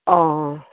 অঁ